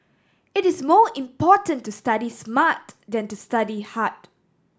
it is more important to study smart than to study hard